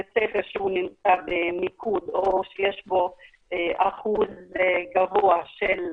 בית ספר שנמצא במיקוד או יש בו אחוז גבוה של